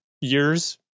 years